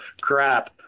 crap